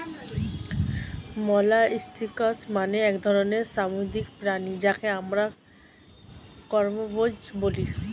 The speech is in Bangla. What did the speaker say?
মোলাস্কস মানে এক ধরনের সামুদ্রিক প্রাণী যাকে আমরা কম্বোজ বলি